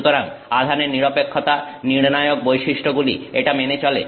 সুতরাং আধানের নিরপেক্ষতা নির্ণায়ক বৈশিষ্ট্যগুলি এটা মেনে চলে